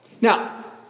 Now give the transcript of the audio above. Now